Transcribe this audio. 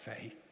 faith